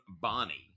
bonnie